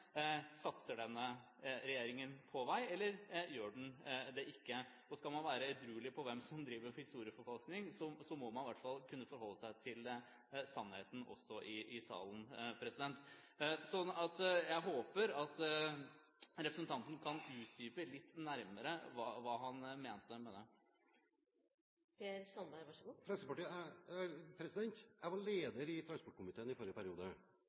satser denne regjeringen på vei, eller gjør den det ikke? Og skal man være edruelig med tanke på hvem som driver historieforfalskning, må man i hvert fall kunne forholde seg til sannheten også i salen. Jeg håper at representanten kan utdype litt nærmere hva han mente med det. Jeg var leder i transportkomiteen i forrige periode, og jeg kjenner meget godt til Fremskrittspartiets ambisjoner når det gjelder å bygge infrastruktur. Denne regjeringen har ikke vært i